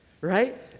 right